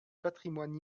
patrimoine